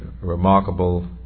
remarkable